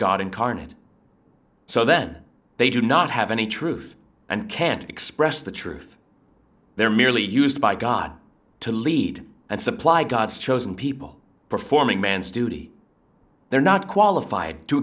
god incarnate so then they do not have any truth and can't express the truth they're merely used by god to lead and supply god's chosen people performing man's duty they're not qualified to